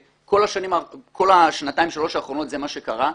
כל השנתיים-שלוש האחרונות זה מה שקרה,